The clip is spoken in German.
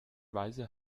weise